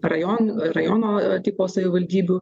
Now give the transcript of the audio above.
rajonų rajono tipo savivaldybių